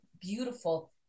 beautiful